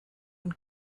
und